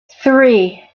three